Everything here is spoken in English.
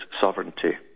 sovereignty